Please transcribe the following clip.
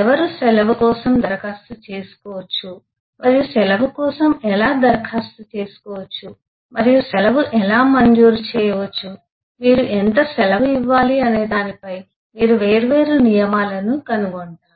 ఎవరు సెలవు కోసం దరఖాస్తు చేసుకోవచ్చు మరియు సెలవు కోసం ఎలా దరఖాస్తు చేసుకోవచ్చు మరియు సెలవు ఎలా మంజూరు చేయవచ్చు మీరు ఎంత సెలవు ఇవ్వాలి అనే దానిపై మీరు వేర్వేరు నియమాలను కనుగొంటారు